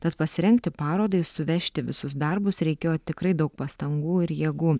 tad pasirengti parodai suvežti visus darbus reikėjo tikrai daug pastangų ir jėgų